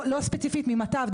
לא ספציפית ממטב,